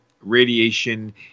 radiation